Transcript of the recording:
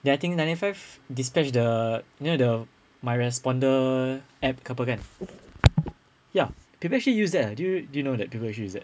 then I think nine nine five dispatch the near the my responder app ke apa kan ya people actually use that ah do you know that people actually use that